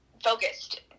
focused